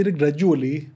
gradually